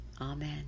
Amen